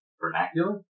vernacular